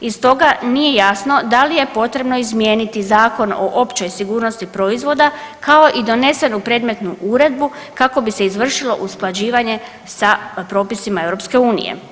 Iz toga nije jasno da li je potrebno izmijeniti Zakon o općoj sigurnosti proizvoda kao i donesenu predmetnu Uredbu kako bi se izvršilo usklađivanje sa propisima Europske unije.